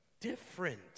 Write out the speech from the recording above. different